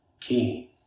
king